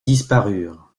disparurent